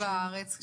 ובארץ?